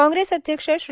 कॉप्रेस अध्यक्ष श्री